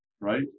right